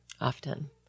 often